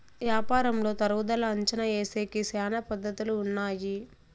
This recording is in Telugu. యాపారంలో తరుగుదల అంచనా ఏసేకి శ్యానా పద్ధతులు ఉన్నాయి